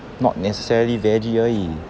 not necessarily veggie 而已